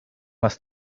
mas